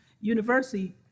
University